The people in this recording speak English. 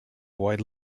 white